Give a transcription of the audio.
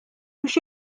biex